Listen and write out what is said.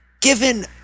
given